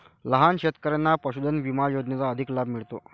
लहान शेतकऱ्यांना पशुधन विमा योजनेचा अधिक लाभ मिळतो